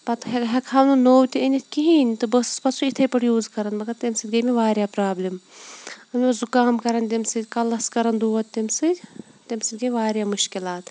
پَتہٕ ہٮ۪کہٕ ہَو نہٕ نوٚو تہِ أنِتھ کِہیٖنۍ تہٕ بہٕ ٲسٕس پَتہٕ سُہ یِتھَے پٲٹھۍ یوٗز کَران مگر تَمہِ سۭتۍ گٔے مےٚ واریاہ پرٛابلِم مےٚ اوس زُکام کَران تمہِ سۭتۍ کَلَس کَران دود تمہِ سۭتۍ تَمہِ سۭتۍ گٔے واریاہ مُشکلات